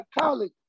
college